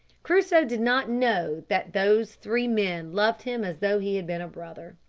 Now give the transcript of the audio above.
crusoe did not know that those three men loved him as though he had been a brother.